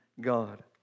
God